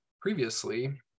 Previously